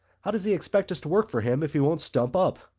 how does he expect us to work for him if he won't stump up?